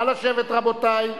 נא לשבת, רבותי.